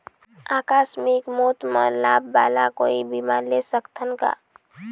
आकस मिक मौत म लाभ वाला कोई बीमा ले सकथन का?